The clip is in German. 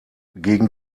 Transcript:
gegen